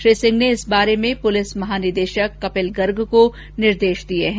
श्री सिंह ने इस बारे में पुलिस महानिदेशक कपिल गर्ग को निर्देश दिए हैं